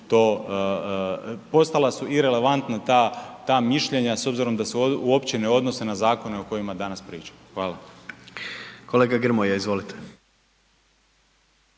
postala su irelevantna ta mišljenja s obzirom da se uopće ne odnose na zakone o kojima danas pričamo. Hvala. **Jandroković,